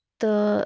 تہٕ